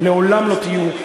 לעולם לא תהיו,